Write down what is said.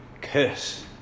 curse